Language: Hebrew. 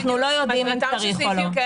אנחנו לא יודעים אם צריך או לא.